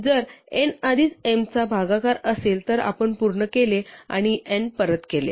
जर n आधीच m चा भागाकार असेल तर आपण पूर्ण केले आणि n परत केले